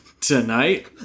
tonight